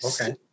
Okay